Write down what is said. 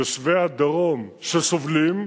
יושבי הדרום שסובלים,